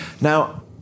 now